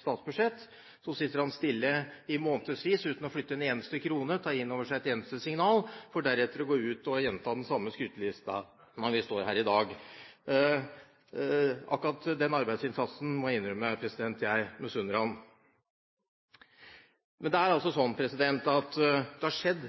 statsbudsjettet, så sitter han stille i månedsvis uten å flytte en eneste krone eller å ta inn over seg et eneste signal, for deretter å gå ut og gjenta den samme skrytelisten når vi står her i dag. Akkurat den arbeidsinnsatsen må jeg innrømme at jeg misunner ham. Men det har altså